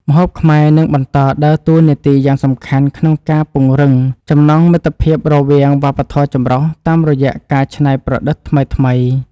ម្ហូបខ្មែរនឹងបន្តដើរតួនាទីយ៉ាងសំខាន់ក្នុងការពង្រឹងចំណងមិត្តភាពរវាងវប្បធម៌ចម្រុះតាមរយៈការច្នៃប្រឌិតថ្មីៗ។